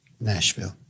Nashville